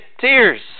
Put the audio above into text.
tears